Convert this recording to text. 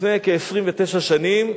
לפני כ-29 שנים,